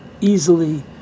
easily